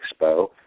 expo